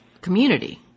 community